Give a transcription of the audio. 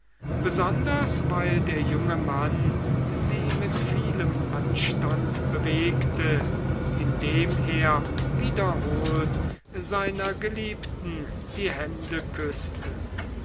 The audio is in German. besonders weil der junge mann sie mit vielem anstand bewegte indem er wiederholt seiner geliebten die hände küßte